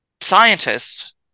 scientists